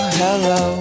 hello